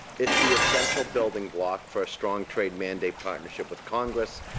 it's the essential building block for a strong trade mandate partnership with congress,